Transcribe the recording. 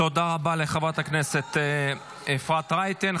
תודה רבה לחברת הכנסת אפרת רייטן.